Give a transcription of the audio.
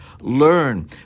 Learn